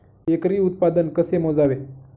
एकरी उत्पादन कसे मोजावे?